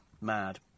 Mad